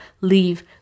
Leave